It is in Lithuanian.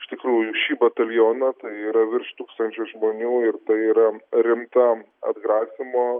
iš tikrųjų šį batalioną tai yra virš tūkstančio žmonių ir tai yra rimta atgrasymo